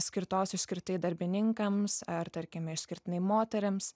skirtos išskirtai darbininkams ar tarkime išskirtinai moterims